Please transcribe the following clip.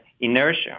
inertia